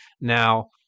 Now